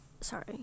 sorry